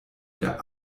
der